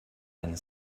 eine